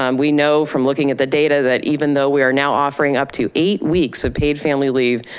um we know from looking at the data that even though we are now offering up to eight weeks of paid family leave,